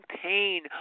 pain